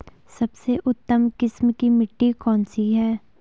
सबसे उत्तम किस्म की मिट्टी कौन सी है?